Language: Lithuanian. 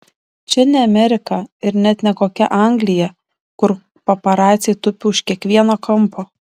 čia ne amerika ir net ne kokia anglija kur paparaciai tupi už kiekvieno kampo